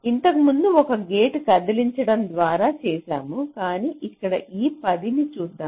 ఇంతకుముందు ఒక గేటును కదిలించడం ద్వారా చేసాము కాని ఇక్కడ ఈ 10 ని చూద్దాం